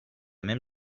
même